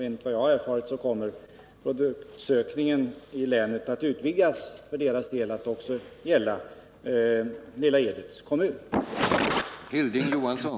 Enligt vad jag erfarit kommer undersökningen i länet att utvecklas för dess del och också gälla Lilla Edets kommun.